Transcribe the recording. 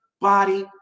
body